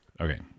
Okay